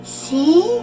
see